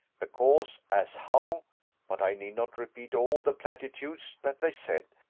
because as how but i need not repeat all the platitudes that they said.